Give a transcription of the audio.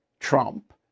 Trump